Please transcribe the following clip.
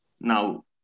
Now